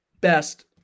best